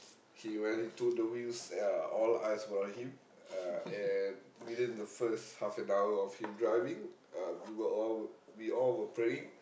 he when he took the wheels ya all eyes were on him uh and within the first half an hour of him driving uh we were all we all were praying